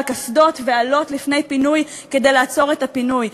קסדות ואלות לפני פינוי כדי לעצור את הפינוי,